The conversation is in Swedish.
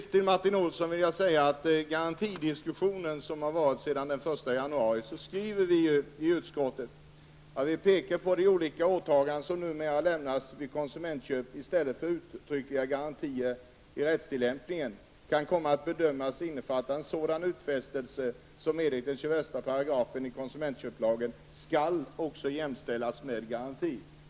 Till Martin Olsson vill jag säga att när det gäller garantidiskussionen, som har förts sedan den 1 januari, skriver vi: ''Utskottet vill vidare peka på att de olika åtaganden som numera lämnas vid konsumentköp i stället för uttryckliga garantier i rättstillämpningen kan komma att bedömas innefatta en sådan utfästelse som enligt 21 § konsumentköplagen skall jämställas med en garanti.''